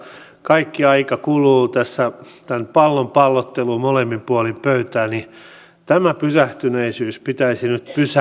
kaikki aika kuluu tässä tämän pallon pallottelussa molemmin puolin pöytää tämä pysähtyneisyys pitäisi nyt pysäyttää